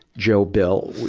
joe bill.